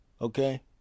Okay